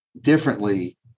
differently